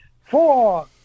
Four